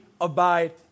abide